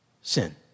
sin